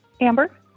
Amber